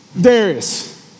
Darius